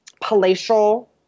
palatial